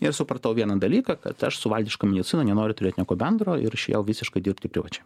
ir supratau vieną dalyką kad aš su valdiška medicina nenoriu turėt nieko bendro ir išėjau visiškai dirbti privačiai